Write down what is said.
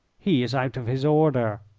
he is out of his order.